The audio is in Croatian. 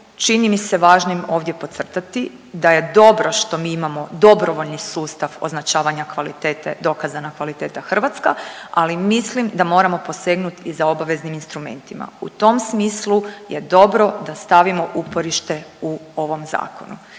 čini mi se važnim ovdje podcrtati da je dobro što mi imamo dobrovoljni sustav označavanja kvalitete dokazana kvaliteta Hrvatska, ali mislim da moramo posegnut i za obaveznim instrumentima u tom smislu je dobro da stavimo uporište u ovom zakonu.